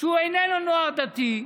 שאיננו נוער דתי,